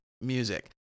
music